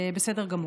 בסדר גמור.